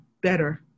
better